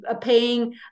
paying